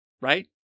right